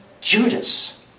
Judas